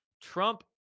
Trump